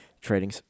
trading